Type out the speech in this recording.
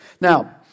Now